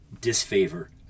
disfavor